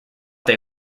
they